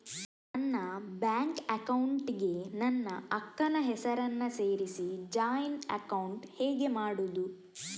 ನನ್ನ bank account ಗೆ ನನ್ನ ಅಕ್ಕ ನ ಹೆಸರನ್ನ ಸೇರಿಸಿ ಜಾಯಿನ್ ಅಕೌಂಟ್ ಹೇಗೆ ಮಾಡುದು?